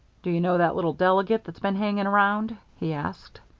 do you know that little delegate that's been hanging around? he asked.